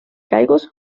käigus